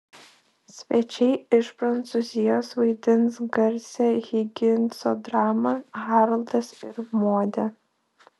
svečiai iš prancūzijos vaidins garsią higinso dramą haroldas ir modė